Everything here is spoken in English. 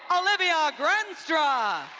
olivia granstra,